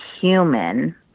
human